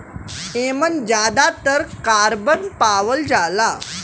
एमन जादातर कारबन पावल जाला